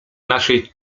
naszej